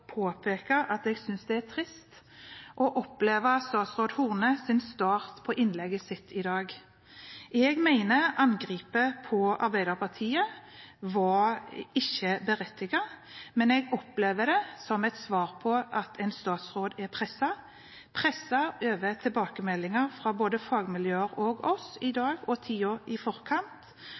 påpeke at jeg syntes det var trist å oppleve starten på statsråd Hornes innlegg i dag. Jeg mener at angrepet på Arbeiderpartiet ikke var berettiget, men jeg opplever det som et svar på at en statsråd er presset, presset over tilbakemeldinger fra både fagmiljøer og oss i dag og tiden i forkant